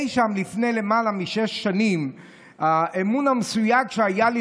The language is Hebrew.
אי שם לפני למעלה משש שנים האמון המסויג שהיה לי